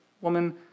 woman